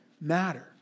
matter